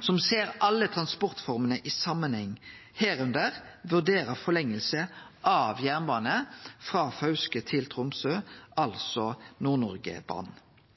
som ser alle transportformene i samanheng og også vurderer ei forlenging av jernbane frå Fauske til Tromsø,